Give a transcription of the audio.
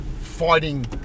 fighting